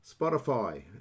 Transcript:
spotify